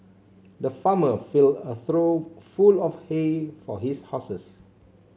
the farmer filled a trough full of hay for his horses